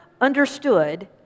understood